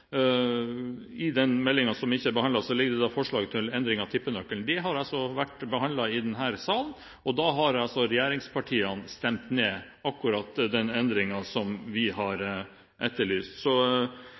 i den meldingen, som ikke er behandlet, ligger det forslag til endringer av tippenøkkelen. Det har vært behandlet i denne sal, og da stemte regjeringspartiene ned den endringen som vi har